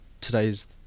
today's